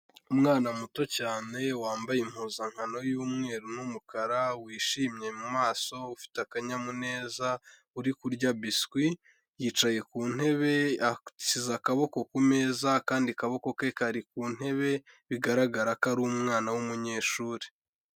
Umwana muto cyane wambaye impuzankano y'umweru n'umukara, wishimye mu maso ufite akanyamuneza uri kurya biswi, yicaye ku ntebe ashyize akaboko ku meza akandi kaboko ke kari ku ntebe, bigaragara ko ari umwana w'umunyeshuri.